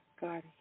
God